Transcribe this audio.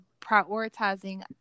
prioritizing